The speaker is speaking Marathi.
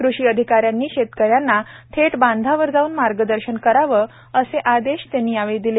कृषीअधिकाऱ्यांनीशेतकऱ्यांना थेट बांधावर जावून मार्गदर्शन करावे असे आदेश यावेळी दिले